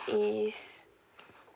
is